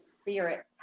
spirit